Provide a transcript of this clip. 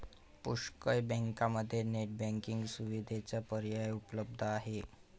पुष्कळ बँकांमध्ये net banking सुविधेचा पर्याय उपलब्ध आहे